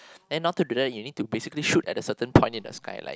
and in order to do that you need to basically shoot at a certain point in the sky like